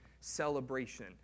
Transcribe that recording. celebration